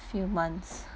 few months